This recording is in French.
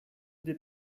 des